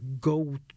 Go